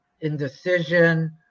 indecision